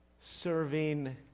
serving